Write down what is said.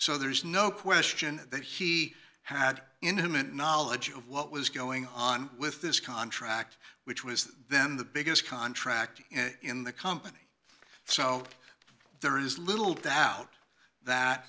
so there's no question that he had intimate knowledge of what was going on with this contract which was then the biggest contract in the company so there is little doubt that